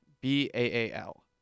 B-A-A-L